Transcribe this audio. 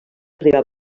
arribava